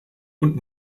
und